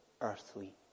earthly